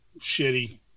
shitty